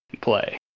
play